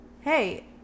hey